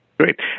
Great